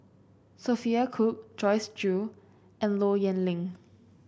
Sophia Cooke Joyce Jue and Low Yen Ling